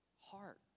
heart